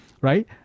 right